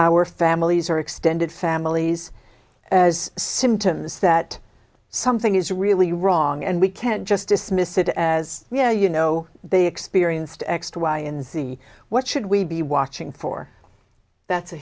our families or extended families as symptoms that something is really wrong and we can't just dismiss it as yeah you know they experienced x to y and z what should we be watching for that's a